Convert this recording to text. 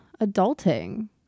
adulting